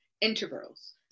intervals